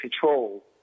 control